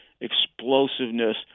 explosiveness